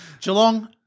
Geelong